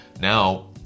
Now